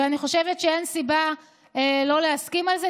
ואני חושבת שאין סיבה לא להסכים על זה.